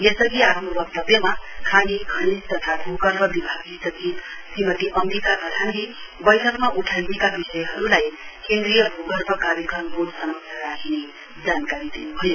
यसअधि आफ्नो वक्तव्यमा खानी खनिज तथा भूगर्भ विभागकी सचिव श्रीमती अम्विका प्रधानले बैठकमा उठाइएका विषयहरूलाई केन्द्रीय भूगर्भ कार्यक्रम वोर्ड समक्ष राखिने जानकारी दिनुभयो